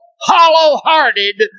hollow-hearted